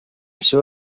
seua